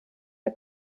der